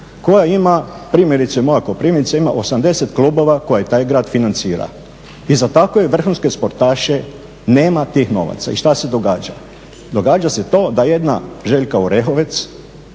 koja ima, primjerice moja Koprivnica ima 80 klubova koje taj grad financira i za takve vrhunske sportaše nema tih novaca. I šta da događa? Događa se to da jedna Željka Orehovec